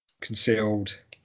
concealed